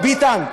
ביטן,